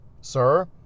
Sir